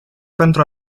pentru